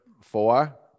Four